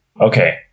okay